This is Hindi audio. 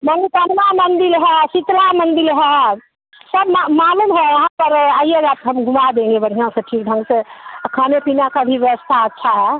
मंदिर है शीतला मंदिर है सब मालूम है यहाँ पर आइएगा तो हम घुमा देंगे बढ़िया से ठीक ढंग से खाने पीना का भी व्यवस्था अच्छा है